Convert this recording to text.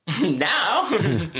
now